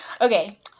Okay